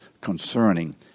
concerning